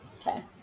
Okay